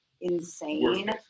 insane